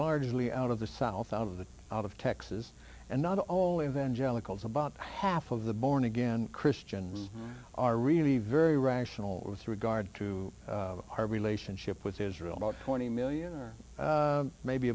largely out of the south out of the out of texas and not all evangelicals about half of the born again christians are really very rational with regard to our relationship with israel about twenty million or maybe